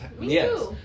yes